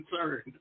concerned